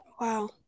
Wow